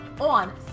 on